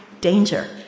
danger